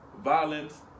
violence